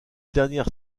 dernière